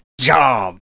job